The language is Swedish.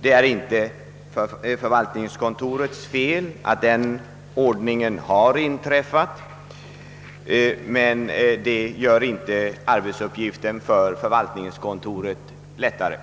Det är inte förvaltningskontorets fel att den situationen har inträffat, men det gör inte arbetsuppgiften för förvaltningskontoret lättare.